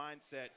mindset